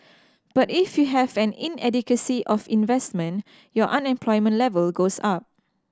but if you have an inadequacy of investment your unemployment level goes up